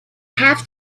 have